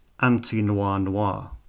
anti-noir-noir